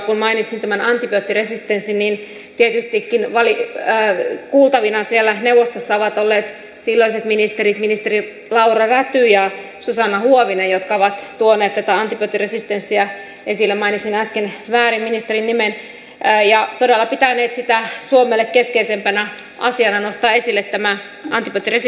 kun mainitsin tämän antibioottiresistenssin niin tietystikin kuultavina siellä neuvostossa ovat olleet silloiset ministerit laura räty ja susanna huovinen jotka ovat tuoneet tätä antibioottiresistenssiä esille mainitsin äsken väärin ministerin nimen ja todella pitäneet suomelle keskeisenä asiana nostaa esille tämä antibioottiresistenssi